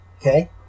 okay